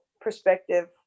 perspective